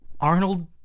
Arnold